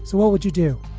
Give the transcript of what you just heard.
what would you do?